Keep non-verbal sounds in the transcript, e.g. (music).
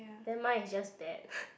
then mine is just bad (breath)